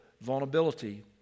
vulnerability